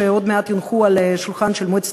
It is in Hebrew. שעוד מעט יונחו על השולחן של מועצת